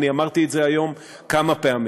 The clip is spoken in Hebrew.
אני אמרתי את זה היום כמה פעמים: